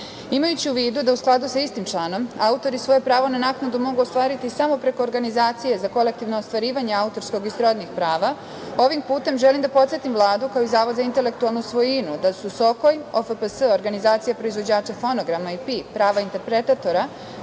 Vlada. Imajući u vidu da u skladu sa istim članom autori svoje pravo na naknadu mogu ostvariti samo preko organizacije za kolektivno ostvarivanje autorskog i srodnih prava, ovim putem želim da podsetim Vladu, kao i Zavod za intelektualnu svojinu da su SOKOJ, OFPS, Organizacija proizvođača fonograma, i PI, prava interpretatora,